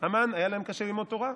המן היה להם קשה ללמוד תורה.